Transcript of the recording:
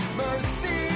mercy